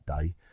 day